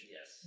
Yes